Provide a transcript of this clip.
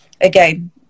again